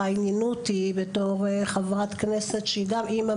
עניינו אותי בתור חברת כנסת שהיא גם אמא